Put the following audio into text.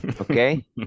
okay